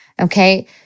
okay